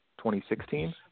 2016